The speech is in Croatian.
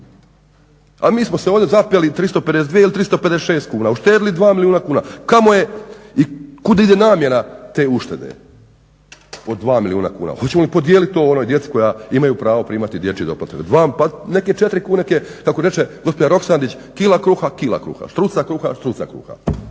A mi smo se ovdje zapeli 352 ili 356 kuna, uštedili 2 milijuna kuna, kamo je i kuda ide namjena te uštede od 2 milijuna kuna, hoćemo li podijelit to onoj djeci koja imaju pravo primati dječji doplatak. Nek je 4 kune, kako reče gospođa Roksandić, kila kruha kila kruha, štruca kruha, štruca kruha.